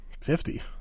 Fifty